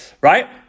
Right